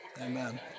Amen